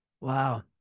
Wow